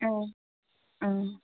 औ ओम